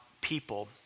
people